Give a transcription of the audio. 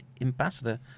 ambassador